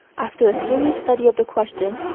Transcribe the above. after a serious study of the question,